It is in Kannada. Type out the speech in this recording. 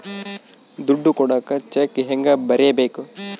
ದುಡ್ಡು ಕೊಡಾಕ ಚೆಕ್ ಹೆಂಗ ಬರೇಬೇಕು?